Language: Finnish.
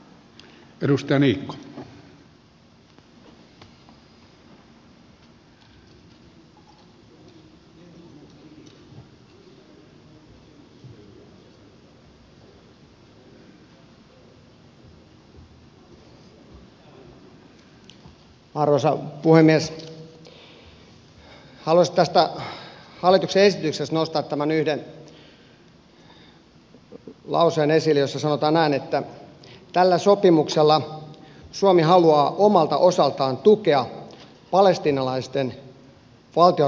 haluaisin tästä hallituksen esityksestä nostaa tämän yhden lauseen esille jossa sanotaan näin että tällä sopimuksella suomi haluaa omalta osaltaan tukea palestiinalaisten valtionrakennuspyrkimyksiä